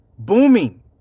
Booming